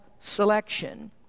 selection